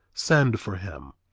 send for him.